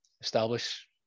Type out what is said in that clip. establish